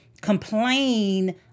complain